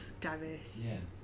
diverse